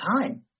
time